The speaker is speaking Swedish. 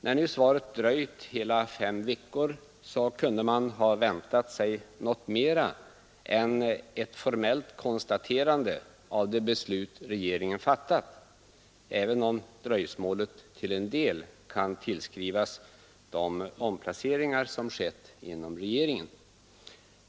När nu svaret dröjt hela fem veckor kunde man ha väntat sig något mera än ett formellt konstaterande av det beslut regeringen fattat, även om dröjsmålet till en del kan tillskrivas de omplaceringar som skett inom regeringen.